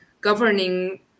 governing